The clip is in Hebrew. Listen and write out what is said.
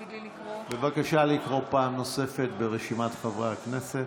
בבקשה לקרוא פעם נוספת את רשימת חברי הכנסת.